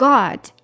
God